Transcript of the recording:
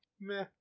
meh